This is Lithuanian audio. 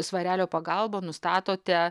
svarelio pagalba nustatote